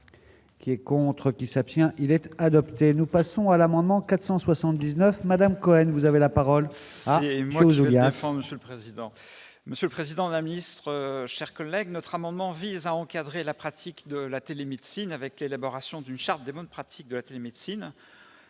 qui et contre qui s'abstient, il était adopté, nous passons à l'amendement 479 Madame Cohen, vous avez la parole. S'il y a eu, il y a un fort Monsieur le président, Monsieur le Président, la ministre, chers collègues, notre amendement visant à encadrer la pratique de la télé-médecine, avec l'élaboration d'une charte des bonnes pratiques de la télémédecine